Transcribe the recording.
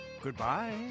Goodbye